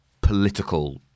political